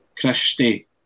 Christie